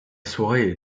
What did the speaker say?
soirée